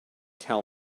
tell